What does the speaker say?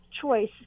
choice